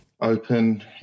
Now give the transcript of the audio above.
open